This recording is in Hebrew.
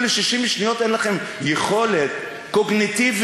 עוד שעתיים אני מדבר פה בנושא המדיני.